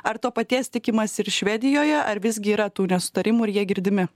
ar to paties tikimasi ir švedijoje ar visgi yra tų nesutarimų ir jie girdimi